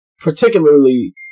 particularly